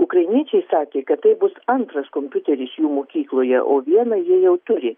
ukrainiečiai sakė kad tai bus antras kompiuteris jų mokykloje o vieną jie jau turi